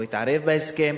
הוא התערב בהסכם.